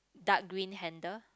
dark green handle